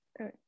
Okay